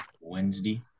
wednesday